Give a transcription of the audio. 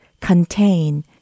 contain